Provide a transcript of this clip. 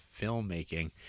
filmmaking